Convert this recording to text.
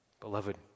Beloved